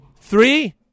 Three